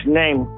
name